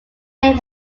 named